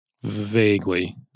Vaguely